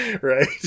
right